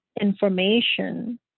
information